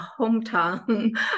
hometown